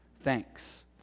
Thanks